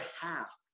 half